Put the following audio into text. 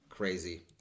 Crazy